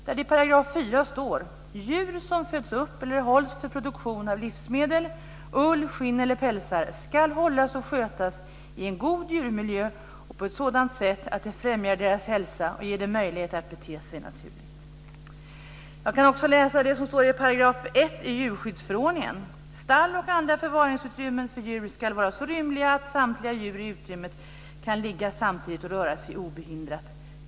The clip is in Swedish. Det står i 4 §: "Djur som föds upp eller hålls för produktion av livsmedel, ull, skinn eller pälsar skall hållas och skötas i en god djurmiljö och på ett sådant sätt att det främjar deras hälsa och ger dem möjlighet att bete sig naturligt." Jag kan också läsa det som står i 1 § i djurskyddsförordningen: "Stall och andra förvaringsutrymmen för djur skall vara så rymliga att samtliga djur i utrymmet kan ligga samtidigt och röra sig obehindrat.